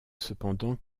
cependant